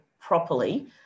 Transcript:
properly